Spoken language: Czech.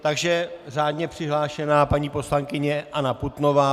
Takže řádně přihlášená paní poslankyně Anna Putnová.